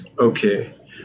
Okay